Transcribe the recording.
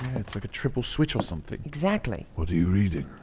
it's like a triple switch or something exactly. what are you reading?